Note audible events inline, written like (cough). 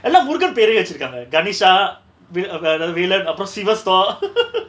எல்லா:ella murukan பேரே வச்சிருக்காங்க:pere vachirukanga kanisha vi~ ah அதாவது:athavathu velan அப்ரோ:apro sivasco (laughs)